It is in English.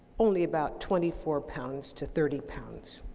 only about twenty four pounds to thirty pounds.